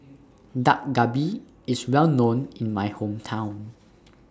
Dak Galbi IS Well known in My Hometown